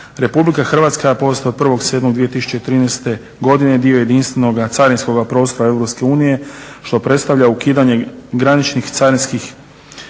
i trećih zemalja. RH postaje 1.7.2013.godine dio jedinstvenoga carinskog prostora EU što predstavlja ukidanje graničnih carinskih